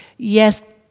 yes,